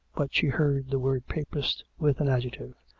but she heard the word papist with an adjective,